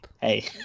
hey